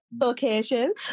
location